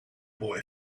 boy